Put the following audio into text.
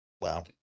Wow